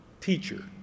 teacher